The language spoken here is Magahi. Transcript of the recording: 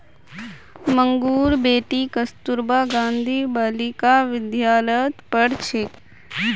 मंगूर बेटी कस्तूरबा गांधी बालिका विद्यालयत पढ़ छेक